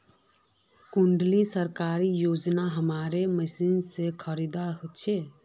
कुंडा सरकारी योजना हमार मशीन से खरीद छै?